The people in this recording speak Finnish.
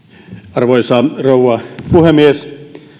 arvoisa rouva puhemies